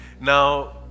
now